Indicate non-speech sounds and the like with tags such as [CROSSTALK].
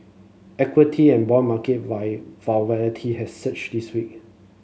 equity and bond market [UNINTELLIGIBLE] has surged this week